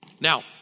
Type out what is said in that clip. Now